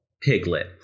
piglet